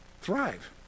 Thrive